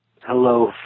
Hello